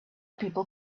people